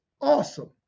awesome